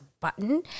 button